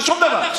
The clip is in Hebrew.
בשום דבר.